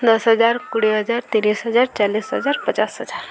ଦଶ ହଜାର କୋଡ଼ିଏ ହଜାର ତିରିଶ ହଜାର ଚାଲିଶ ହଜାର ପଚାଶ ହଜାର